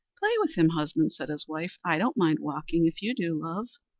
play with him, husband, said his wife. i don't mind walking, if you do, love.